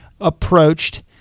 approached